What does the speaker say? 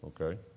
okay